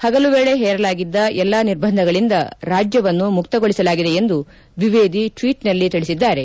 ಹಗಲು ವೇಳೆ ಹೇರಲಾಗಿದ್ದ ಎಲ್ಲಾ ನಿರ್ಬಂಧಗಳಿಂದ ರಾಜ್ಯವನ್ನು ಮುಕ್ತಗೊಳಿಸಲಾಗಿದೆ ಎಂದು ದ್ವಿವೇದಿ ಟ್ವೀಟ್ನಲ್ಲಿ ತಿಳಿಸಿದ್ದಾರೆ